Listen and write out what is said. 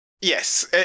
Yes